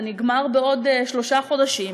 זה נגמר בעוד שלושה חודשים,